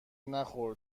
نخور